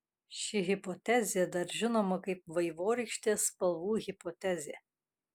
ši hipotezė dar žinoma kaip vaivorykštės spalvų hipotezė